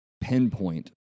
pinpoint